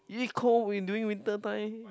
eat cold when during winter time